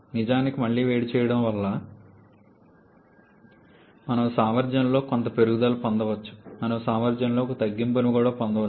నిజానికి మళ్లీ వేడి చేయడం వల్ల మనం సామర్థ్యంలో కొంత పెరుగుదలను పొందవచ్చు మనం సామర్థ్యంలో కొంత తగ్గింపును కూడా పొందవచ్చు